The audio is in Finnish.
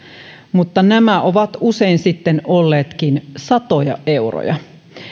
mutta nämä ovat usein sitten olleetkin satoja euroja